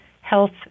health